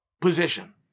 position